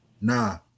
Nah